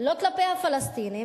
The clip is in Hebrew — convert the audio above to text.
לא כלפי הפלסטינים,